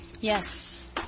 Yes